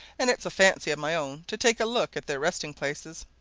and it's a fancy of my own to take a look at their resting-places,